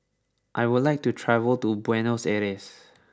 I would like to travel to Buenos Aires